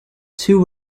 two